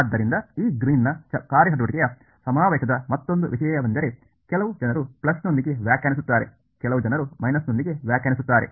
ಆದ್ದರಿಂದ ಈ ಗ್ರೀನ್ನ ಕಾರ್ಯಚಟುವಟಿಕೆಯ ಸಮಾವೇಶದ ಮತ್ತೊಂದು ವಿಷಯವೆಂದರೆ ಕೆಲವು ಜನರು ಪ್ಲಸ್ನೊಂದಿಗೆ ವ್ಯಾಖ್ಯಾನಿಸುತ್ತಾರೆ ಕೆಲವು ಜನರು ಮೈನಸ್ನೊಂದಿಗೆ ವ್ಯಾಖ್ಯಾನಿಸುತ್ತಾರೆ